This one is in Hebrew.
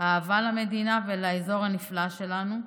האהבה למדינה ולאזור הנפלא שלנו.